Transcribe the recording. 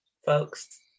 folks